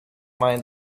mind